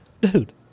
dude